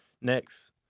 Next